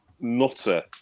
nutter